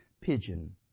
pigeon